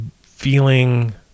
feeling